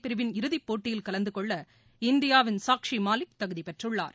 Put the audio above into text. பிரிவின் இறுதி போட்டியில் கலந்து கொள்ள இந்தியாவின் சாக்ஷி மாலிக் தகுதி பெற்றுள்ளார்